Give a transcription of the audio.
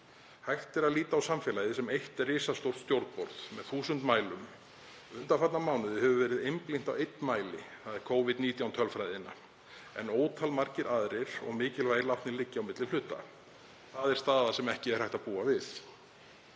Hægt er að líta á samfélagið sem eitt risastórt stjórnborð með þúsund mælum og undanfarna mánuði hefur verið einblínt á einn mæli, þ.e. Covid-19 tölfræðina, en ótal margir aðrir og mikilvægir látnir liggja á milli hluta. Það er staða sem ekki er hægt að búa við.